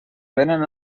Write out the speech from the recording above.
vénen